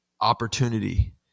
opportunity